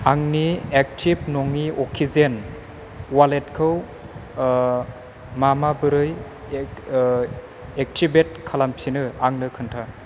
आंनि एक्टिभ नङि अक्सिजेन वालेटखौ मा माबोरै एक्टिभेट खालामफिनो आंनो खोन्था